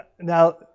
now